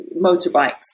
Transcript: motorbikes